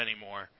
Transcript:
anymore